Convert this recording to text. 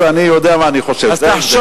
אני חושב, ואני יודע מה אני חושב, אז תחשוב,